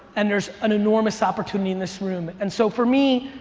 and there's an enormous opportunity in this room. and so for me,